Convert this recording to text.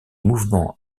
mouvements